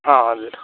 अँ हजुर